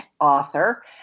author